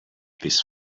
this